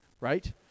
Right